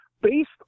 Based